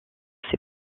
ses